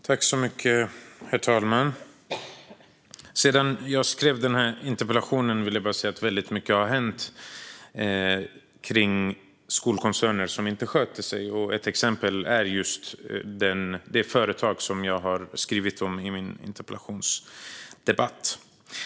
Herr talman! Sedan jag skrev den här interpellationen har väldigt mycket hänt kring skolkoncerner som inte sköter sig. Ett exempel är just det företag som jag skrev om i min interpellation, Thorengruppen.